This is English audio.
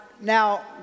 now